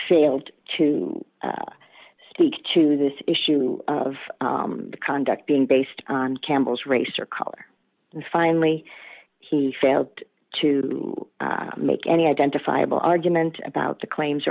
failed to speak to this issue of conduct being based on campbell's race or color and finally he failed to make any identifiable argument about the claims